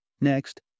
Next